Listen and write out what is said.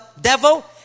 devil